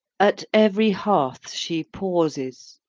at every hearth she pauses,